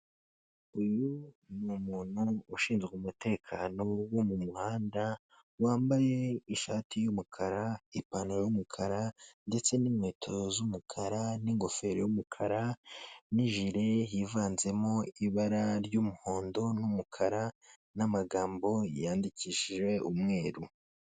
Uyu n'umuntu ushinzwe umutekano wo mu muhanda wambaye ishati y'umukara, ipantaro y'umukara ndetse n'inkweto z'umukara, n'ingofero y'umukara n'ijire yivanzemo ibara ry'umuhondo n'umukara n'amagambo yandikishije umweru.